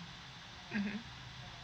mmhmm